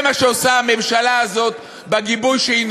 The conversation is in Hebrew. זה מה שעושה הממשלה הזאת בגיבוי שהיא